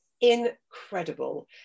incredible